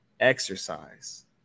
exercise